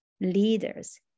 leaders